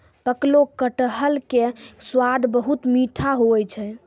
पकलो कटहर के स्वाद बहुत मीठो हुवै छै